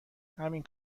همین